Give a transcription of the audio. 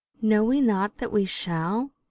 know we not that we shall,